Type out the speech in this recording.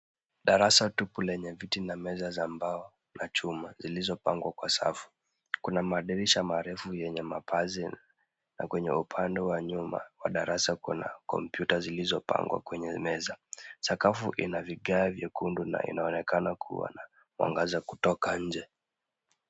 Darasa tupu lenye viti na meza za mbao na chuma zilizopangwa kwa safu. Kuna madirisha marefu yenye mapazia na kwenye upande wa nyuma wa darasa kuna komputa zilizopangwa kwenye meza. Sakafu ina vigae vyekundu na inaonekana kuwa na mwangaza kutoka nje.